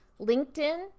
LinkedIn